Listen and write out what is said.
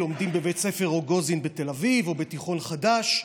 הלומדים בבית הספר רוגוזין בתל אביב או בתיכון חדש.